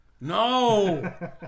no